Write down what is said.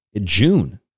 June